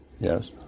Yes